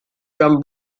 from